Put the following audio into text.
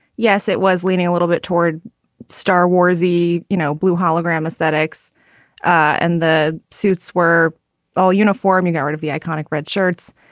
yes, it was leaning a little bit toward star wars. he, you know, blue hologram aesthetics and the suits were all uniform. he got rid of the iconic red shirts.